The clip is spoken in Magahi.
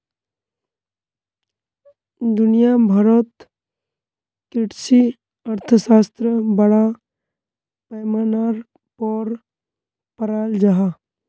दुनिया भारोत कृषि अर्थशाश्त्र बड़ा पैमानार पोर पढ़ाल जहा